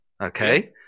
Okay